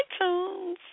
iTunes